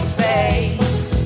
face